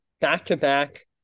back-to-back